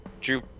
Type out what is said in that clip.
Drew